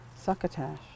succotash